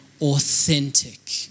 authentic